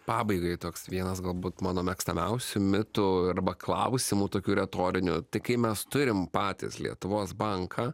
pabaigai toks vienas galbūt mano mėgstamiausių mitų arba klausimų tokių retorinių tai kai mes turim patys lietuvos banką